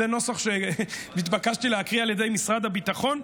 זה נוסח שנתבקשתי להקריא על ידי משרד הביטחון.